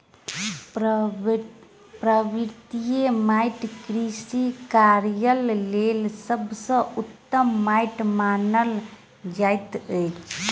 पर्वतीय माइट कृषि कार्यक लेल सभ सॅ उत्तम माइट मानल जाइत अछि